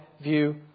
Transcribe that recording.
view